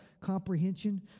comprehension